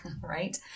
right